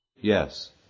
Yes